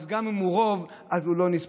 אז גם אם הוא רוב אז הוא לא נספר.